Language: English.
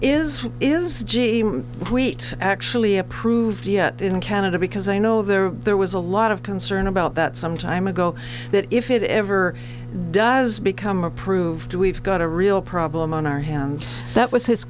is is wheat actually approved yet in canada because i know there there was a lot of concern about that some time ago that if it ever does become approved we've got a real problem on our hands that was his